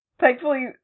Thankfully